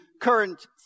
current